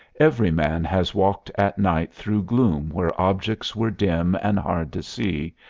every man has walked at night through gloom where objects were dim and hard to see,